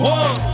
one